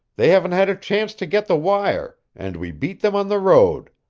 they haven't had a chance to get the wire, and we beat them on the road.